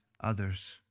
others